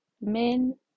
men